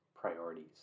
Priorities